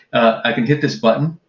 i can hit this button,